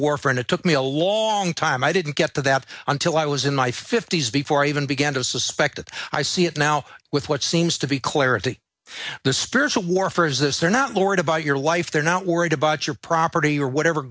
warfare and it took me a long time i didn't get to that until i was in my fifty's before i even began to suspect i see it now with what seems to be clarity the spiritual warfare is this they're not lord of all your life they're not worried about your property or whatever